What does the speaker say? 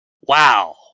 Wow